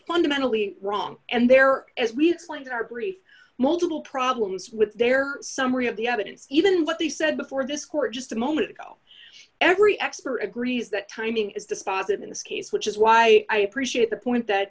fundamentally wrong and there are as we explained our brief multiple problems with their summary of the evidence even what they said before this court just a moment ago every expert agrees that timing is dispositive in this case which is why i appreciate the point that